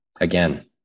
again